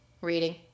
Reading